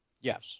Yes